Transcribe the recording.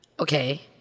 Okay